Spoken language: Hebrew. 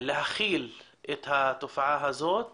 להכיל את התופעה הזאת